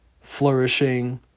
flourishing